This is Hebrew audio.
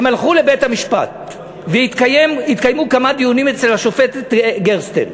הם הלכו לבית-המשפט והתקיימו כמה דיונים אצל השופטת גרסטל.